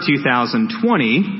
2020